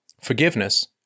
Forgiveness